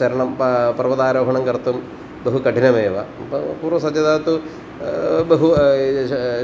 चरणं प पर्वतारोहणं कर्तुं बहु कठिनमेव प पूर्वसज्जता तु बहु